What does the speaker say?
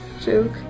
joke